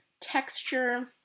texture